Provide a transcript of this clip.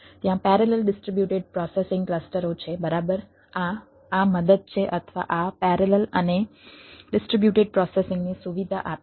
ત્યાં parallel distributed processing ક્લસ્ટરો છે બરાબર આ આ મદદ છે અથવા આ પેરેલલ અને ડિસ્ટ્રિબ્યુટેડ પ્રોસેસિંગની સુવિધા આપે છે